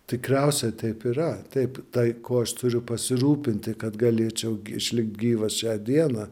tikriausia taip yra taip tai kuo aš turiu pasirūpinti kad galėčiau išlikt gyvas šią dieną